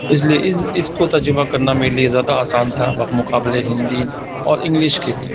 اس لیے اس کو تجربہ کرنا میرے لیے زیادہ آسان تھا وقت مقابلے ہندی اور انگلش کے بھی